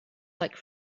like